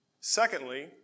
Secondly